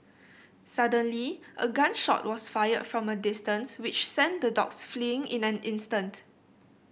suddenly a gun shot was fired from a distance which sent the dogs fleeing in an instant